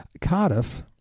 Cardiff